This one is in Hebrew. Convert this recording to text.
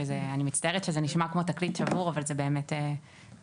ואני מצטערת שזה נשמע כמו תקליט שבור אבל זו באמת המציאות.